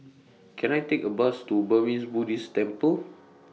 Can I Take A Bus to Burmese Buddhist Temple